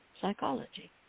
psychology